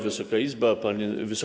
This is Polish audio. Wysoka Izbo!